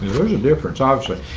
difference, obviously.